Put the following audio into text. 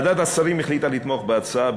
ועדת השרים החליטה לתמוך בהצעה,